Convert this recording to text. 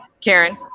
Karen